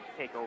TakeOver